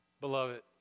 beloved